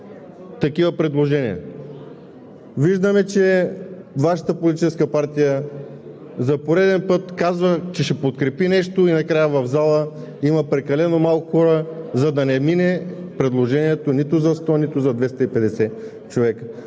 такива предложения. Виждаме, че Вашата политическа партия за пореден път казва, че ще подкрепи нещо, и накрая в залата има прекалено малко хора, за да не мине предложението нито за 100, нито за 250 човека.